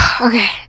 Okay